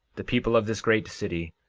the people of this great city,